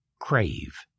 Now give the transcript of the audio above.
crave